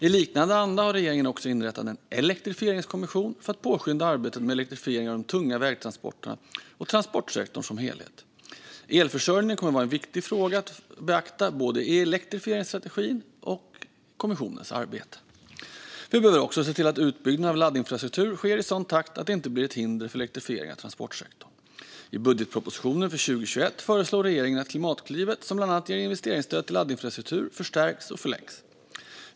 I liknande anda har regeringen också inrättat en elektrifieringskommission för att påskynda arbetet med elektrifiering av de tunga vägtransporterna och transportsektorn som helhet. Elförsörjningen kommer att vara en viktig fråga att beakta både i elektrifieringsstrategin och i kommissionens arbete. Vi behöver också se till att utbyggnaden av laddinfrastruktur sker i sådan takt att den inte blir ett hinder för elektrifiering av transportsektorn. I budgetpropositionen för 2021 föreslår regeringen att Klimatklivet, som bland annat ger investeringsstöd till laddinfrastruktur, förstärks och förlängs.